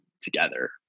together